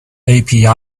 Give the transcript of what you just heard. api